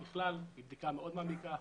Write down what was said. היא בדיקה מאוד מעמיקה,